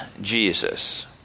Jesus